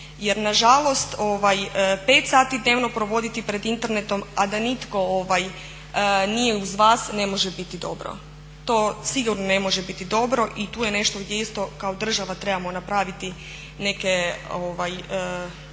Jer nažalost, 5 sati dnevno provoditi pred Internetom a da nitko nije uz vas ne može biti dobro. To sigurno ne može biti dobro i tu je nešto gdje isto kao država trebamo napraviti neke